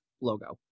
logo